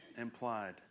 implied